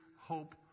hope